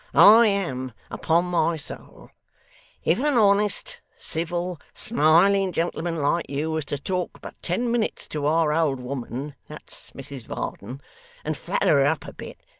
i am, upon my soul if an honest, civil, smiling gentleman like you, was to talk but ten minutes to our old woman that's mrs varden and flatter her up a bit,